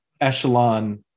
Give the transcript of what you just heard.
echelon